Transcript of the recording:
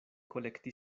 kolekti